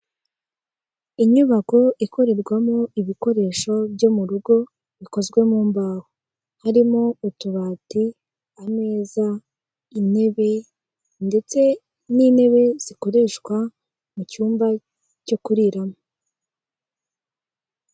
Inyubako ikorerwamo ibikoresho byo m'urugo bikozwe mu mbaho harimo; utubati, ameza intebe, ndetse n'intebe zikoreshwa mu cyumba cyo kuriramo.